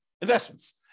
investments